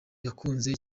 yakunze